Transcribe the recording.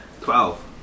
Twelve